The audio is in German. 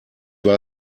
war